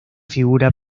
figura